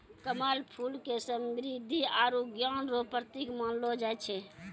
कमल फूल के समृद्धि आरु ज्ञान रो प्रतिक मानलो जाय छै